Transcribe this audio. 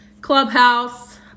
Clubhouse